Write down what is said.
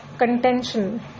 contention